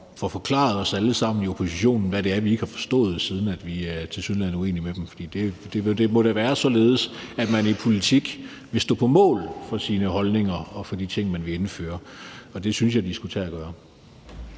og får forklaret os alle sammen i oppositionen, hvad det er, vi ikke har forstået, siden vi tilsyneladende er uenige med dem. For det må da være således, at man i politik vil stå på mål for sine holdninger og for de ting, man vil indføre, og det synes jeg de skulle tage at gøre.